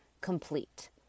complete